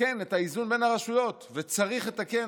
לתקן את האיזון בין הרשויות, וצריך לתקן.